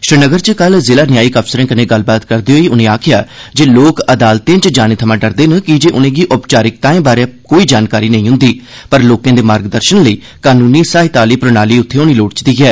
श्रीनगर च कल जिला न्यायिक अफसरें कन्नै गल्लबात करदे होई उनें आखेआ जे लोक अदालतें च जाने थमां डरदे न कीजे उनें'गी औपचारिकताएं बारै कोई जानकारी नेईं हुंदी पर लोकें दे मागदर्शन लेई कानूनी सहायता आह्ली प्रणाली उत्थे होनी लोड़चदी ऐ